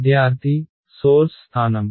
విద్యార్థి సోర్స్ స్థానం